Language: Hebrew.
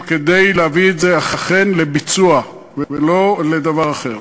כדי להביא את זה אכן לביצוע ולא לדבר אחר.